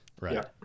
Right